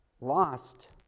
lost